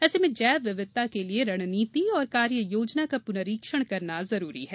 ऐसे में जैव विविधता के लिये रणनीति और कार्य योजना का प्नरीक्षण करना जरूरी है